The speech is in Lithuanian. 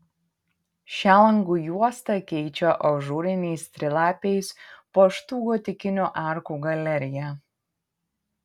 šią langų juostą keičia ažūriniais trilapiais puoštų gotikinių arkų galerija